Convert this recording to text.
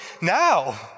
now